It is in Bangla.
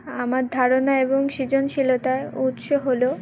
আমার ধারণা এবং সৃজনশীলতার উৎস হলো